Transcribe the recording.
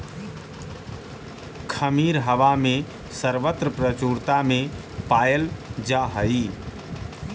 खमीर हवा में सर्वत्र प्रचुरता में पायल जा हई